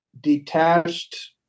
detached